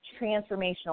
transformational